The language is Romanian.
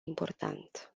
important